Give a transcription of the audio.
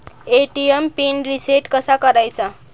ATM PIN reset कसा करायचा?